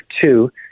two